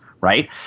right